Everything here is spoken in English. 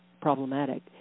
problematic